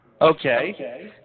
Okay